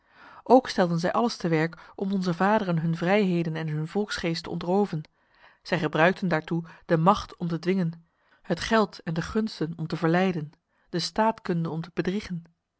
ook stelden zij alles te werk om onze vaderen hun vrijheden en hun volksgeest te ontroven zij gebruikten daartoe de macht om te dwingen het geld en de gunsten om te verleiden de staatkunde om te bedriegen